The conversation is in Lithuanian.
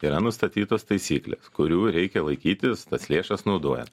yra nustatytos taisyklės kurių reikia laikytis tas lėšas naudojant